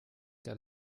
der